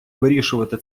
вирішувати